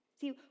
See